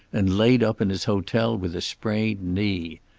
and laid up in his hotel with a sprained knee.